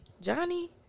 Johnny